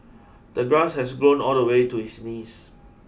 the grass had grown all the way to his knees